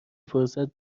فرصت